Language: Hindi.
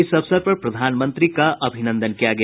इस अवसर पर प्रधानमंत्री का अभिनंदन किया गया